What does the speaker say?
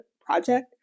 project